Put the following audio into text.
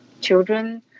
children